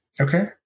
Okay